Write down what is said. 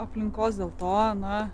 aplinkos dėl to na